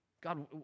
God